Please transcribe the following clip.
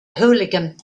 hooligan